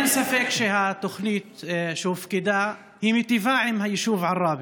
אין ספק שהתוכנית שהופקדה מיטיבה עם היישוב עראבה,